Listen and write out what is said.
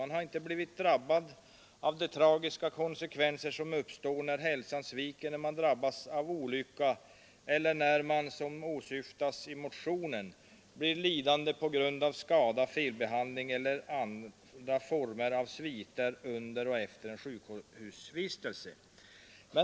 Jag har inte blivit drabbad av de tragiska konsekvenser som uppstår när hälsan sviker, när man drabbas av en olycka eller när man — som åsyftas i motionen — blir utsatt för lidande på grund av skador, felbehandling eller får vissa sviter till följd av sjukhusvistelse.